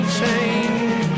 change